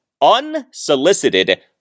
unsolicited